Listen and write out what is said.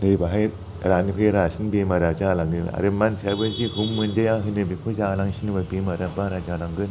नै बाहाय रानिफ्राय रासिन बेमारा जालाङो आरो मानसियाबो जेखौ मोनजाया होनो बेखौ जालांसिनबा बेमारा बारा जालांगोन